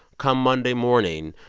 come monday morning,